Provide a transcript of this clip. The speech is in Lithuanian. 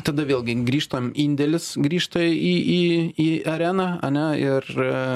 tada vėlgi grįžtam indėlis grįžta į į į areną ane ir